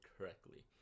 correctly